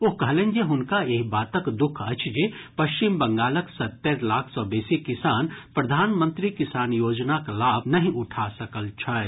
ओ कहलनि जे हुनका एहि बातक दुख अछि जे पश्चिम बंगालक सत्तरि लाख सँ बेसी किसान प्रधानमंत्री किसान योजनाक लाभ नहि उठा सकल छथि